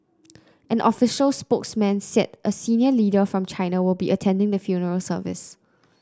an official spokesman said a senior leader from China will be attending the funeral service